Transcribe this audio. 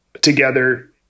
together